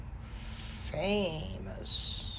famous